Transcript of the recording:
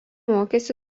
mokėsi